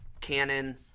Canon